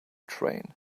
train